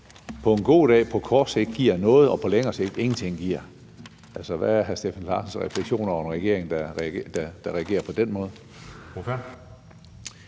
på en god dag og på kort sigt giver noget, og som på længere sigt ingenting giver. Hvad er hr. Steffen Larsens refleksioner over en regering, der regerer på den måde?